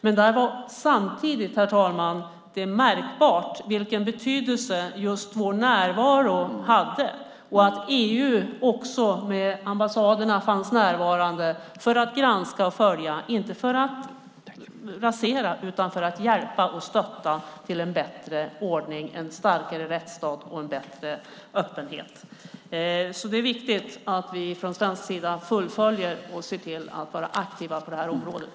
Men det var samtidigt märkbart vilken betydelse just vår närvaro hade och att EU, genom ambassaderna, fanns närvarande för att granska och följa upp, inte för att rasera utan för att hjälpa och stötta till en bättre ordning, en starkare rättsstat och mer öppenhet. Det är viktigt att vi från svensk sida fullföljer detta och är aktiva på området.